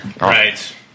Right